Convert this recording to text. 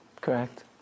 Correct